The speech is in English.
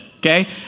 Okay